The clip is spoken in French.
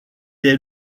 est